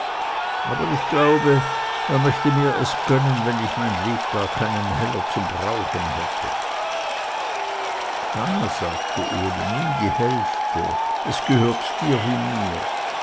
aber ich glaube er möchte mir es gönnen wenn ich mein lebtag keinen heller zum brauchen hätte da sagte uli nimm die hälfte es gehört dir wie mir